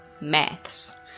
Maths